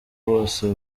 bose